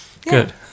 good